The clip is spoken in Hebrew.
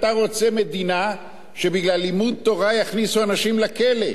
אתה רוצה מדינה שבגלל לימוד תורה יכניסו אנשים לכלא.